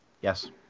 yes